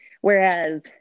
Whereas